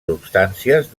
substàncies